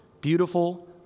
beautiful